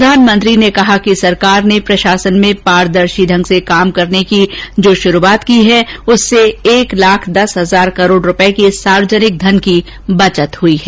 प्रधानमंत्री ने कहा कि सरकार ने प्रशासन में पारदर्शी ढंग से काम करने की जो शुरूआत की है उससे एक लाख दस हजार करोड़ रुपए के सार्वजनिक धन की बचत हुई है